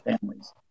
families